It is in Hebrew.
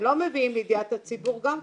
כשלא מביאים לידיעת הציבור גם כועסים.